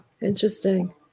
interesting